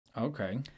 okay